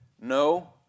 no